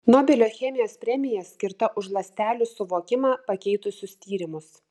nobelio chemijos premija skirta už ląstelių suvokimą pakeitusius tyrimus